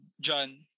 John